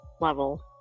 level